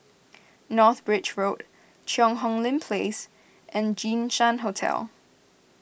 North Bridge Road Cheang Hong Lim Place and Jinshan Hotel